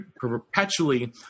perpetually